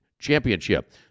Championship